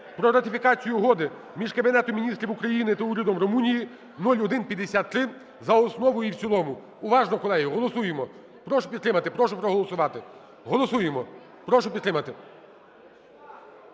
про ратифікацію Угоди між Кабінетом Міністрів України та Урядом Румунії (0153) за основу і в цілому. Уважно, колеги, голосуємо. Прошу підтримати, прошу проголосувати. Голосуємо, прошу підтримати.